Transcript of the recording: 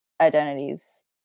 identities